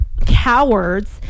cowards